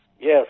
Yes